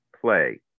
play